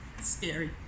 Scary